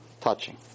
touching